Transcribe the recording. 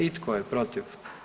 I tko je protiv?